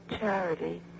charity